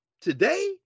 Today